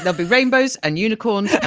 ah be rainbows and unicorns